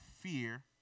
fear